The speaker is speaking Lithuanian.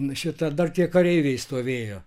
na šita dar tie kareiviai stovėjo